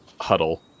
huddle